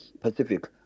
Pacific